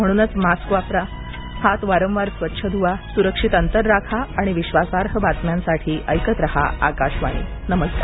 म्हणूनच मास्क वापरा हात वारंवार स्वच्छ धुवा सुरक्षित अंतर राखा आणि विश्वासार्ह बातम्यांसाठी ऐकत राहा आकाशवाणी नमस्कार